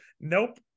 nope